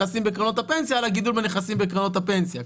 בנכסים בקרנות בפנסיה על הגידול בנכסים בקרנות הפנסיה.